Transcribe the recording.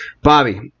Bobby